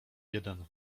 jeden